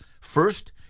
First